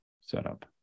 setup